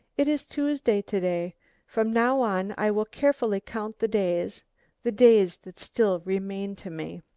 it is tuesday to-day from now on i will carefully count the days the days that still remain to me.